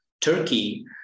Turkey